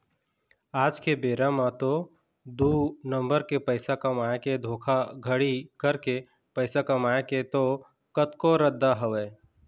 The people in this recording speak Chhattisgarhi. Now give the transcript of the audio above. आज के बेरा म तो दू नंबर के पइसा कमाए के धोखाघड़ी करके पइसा कमाए के तो कतको रद्दा हवय